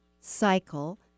cycle